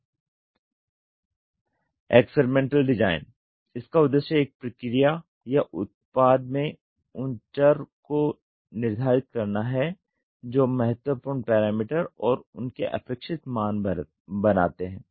experimental design इसका उद्देश्य एक प्रक्रिया या उत्पाद में उन चर को निर्धारित करना है जो महत्वपूर्ण पैरामीटर और उनके अपेक्षित मान बनाते हैं